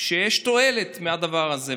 שיש תועלת מהדבר הזה.